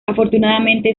afortunadamente